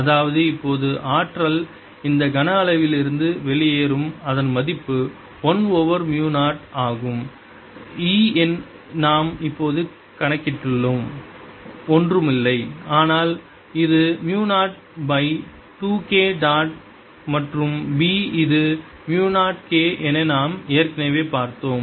அதாவது இப்போது ஆற்றல் இந்த கன அளவிலிருந்து வெளியேறும் அதன் மதிப்பு 1 ஓவர் மு 0 ஆகும் E நாம் இப்போது கணக்கிட்டுள்ளோம் ஒன்றுமில்லை ஆனால் ஒரு மு 0 பை 2 K டாட் மற்றும் B இது மு 0 K என நாம் ஏற்கனவே பார்த்தோம்